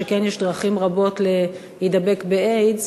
שכן יש דרכים רבות להידבק באיידס,